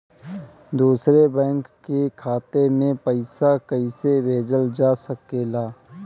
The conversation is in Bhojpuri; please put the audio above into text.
दूसरे बैंक के खाता में पइसा कइसे भेजल जा सके ला?